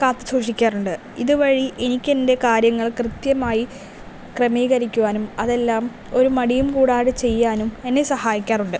കാത്ത് സൂക്ഷിക്കാറുണ്ട് ഇതുവഴി എനിക്ക് എൻ്റെ കാര്യങ്ങൾ കൃത്യമായി ക്രമീകരിക്കുവാനും അതെല്ലാം ഒരു മടിയും കൂടാണ്ട് ചെയ്യാനും എന്നെ സഹായിക്കാറുണ്ട്